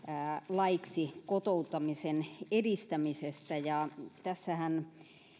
laiksi kotouttamisen edistämisestä tässähän